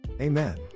Amen